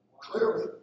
clearly